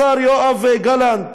השר יואב גלנט